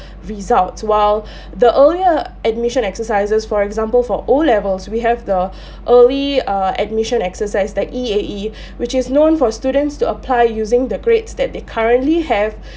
results while the earlier admission exercises for example for o levels we have the early uh admission exercise the E_A_E which is known for students to apply using the grades that they currently have